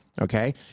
Okay